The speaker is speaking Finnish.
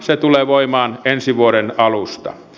se tulee voimaan ensi vuoden alusta